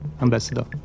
Ambassador